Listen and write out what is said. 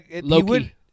Loki